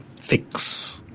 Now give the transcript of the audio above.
fix